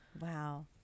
Wow